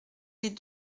des